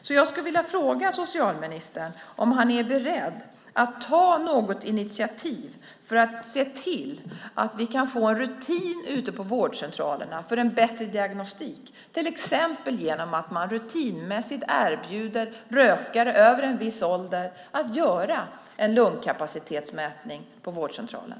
Jag skulle därför vilja fråga om socialministern är beredd att ta ett initiativ för att se till att man ute på vårdcentralerna kan få rutiner för en bättre diagnostik, till exempel genom att rutinmässigt erbjuda rökare över en viss ålder en lungkapacitetsmätning på vårdcentralen.